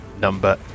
number